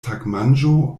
tagmanĝo